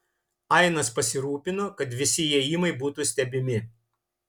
ainas pasirūpino kad visi įėjimai būtų stebimi